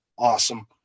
Awesome